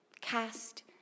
cast